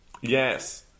yes